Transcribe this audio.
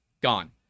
Gone